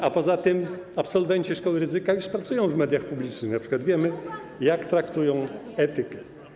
A poza tym absolwenci szkoły Rydzyka już pracują w mediach publicznych, np. wiemy, jak traktują etykę.